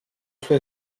suo